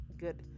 good